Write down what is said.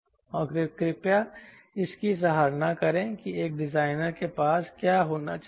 और कृपया इसकी सराहना करें कि एक डिजाइनर के पास क्या होना चाहिए